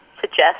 suggest